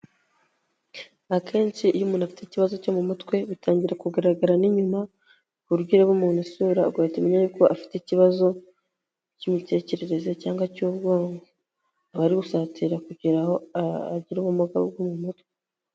Akenshi iyo umuntu afite ikibazo cyo mu mutwe, bitangira kugaragara n'inyuma ku buryo ureba umuntu isura ugahita umenya yuko afite ikibazo cy'imitekerereze cyangwa cy'ubwonko, aba ari gusatira kugera aho agira ubumuga bwo mu mutwe.